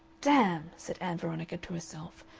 damn! said ann veronica to herself,